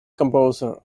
composer